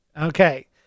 Okay